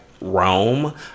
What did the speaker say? Rome